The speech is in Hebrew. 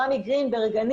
רמי גרינברג,